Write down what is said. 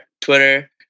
Twitter